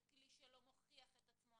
זה כלי שלא מוכיח את עצמו,